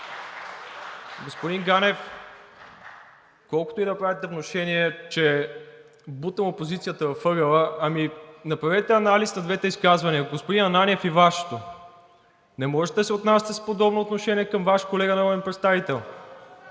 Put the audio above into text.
Господин Ганев, колкото и да правите внушения, че бутам опозицията в ъгъла, направете анализ на двете изказвания – на господин Ананиев и Вашето. Не можете да се отнасяте с подобно отношение към Ваш колега народен представител